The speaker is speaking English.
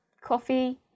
coffee